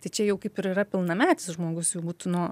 tai čia jau kaip ir yra pilnametis žmogus jau būtų nuo